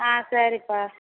ஆ சரிப்பா